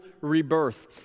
rebirth